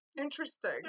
Interesting